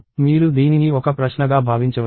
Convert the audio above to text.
మీరు దీనిని ఒక ప్రశ్నగా భావించవచ్చు